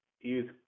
use